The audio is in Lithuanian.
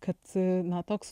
kad na toks